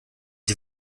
sie